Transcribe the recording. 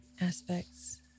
aspects